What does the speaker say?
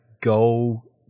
go